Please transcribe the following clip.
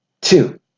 two